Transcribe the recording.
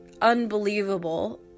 unbelievable